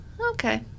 okay